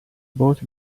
both